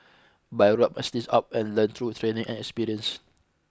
but I roll up my sleeves up and learnt through training and experience